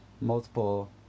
multiple